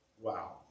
Wow